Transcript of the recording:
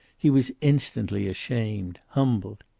he was instantly ashamed, humbled.